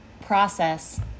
process